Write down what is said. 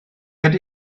that